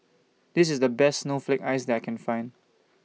This IS The Best Snowflake Ice that I Can Find